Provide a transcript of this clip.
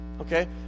Okay